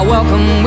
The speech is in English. Welcome